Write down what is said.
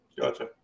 Gotcha